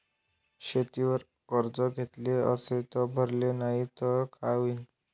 शेतीवर कर्ज घेतले अस ते भरले नाही तर काय होईन?